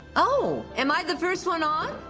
oh, am i the first one on?